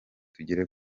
tugere